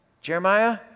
Jeremiah